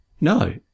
No